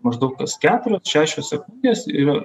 maždaug kas keturios šešios sekundės yra